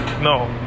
No